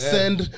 Send